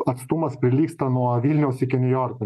atstumas prilygsta nuo vilniaus iki niujorko